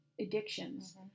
addictions